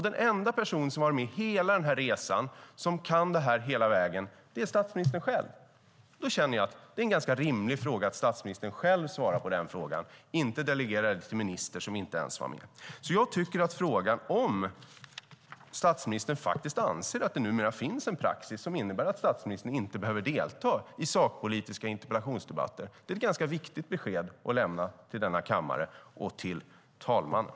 Den enda person som var med under hela resan och som kan detta hela vägen är statsministern själv. Då känner jag att det är rimligt att statsministern själv svarar på den frågan och inte delegerar den till en minister som inte ens var med. Jag tycker att det i frågan om statsministern anser att det numera finns en praxis som innebär att statsministern inte behöver delta i sakpolitiska interpellationsdebatter är viktigt att lämna ett besked till denna kammare och till talmannen.